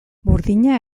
burdina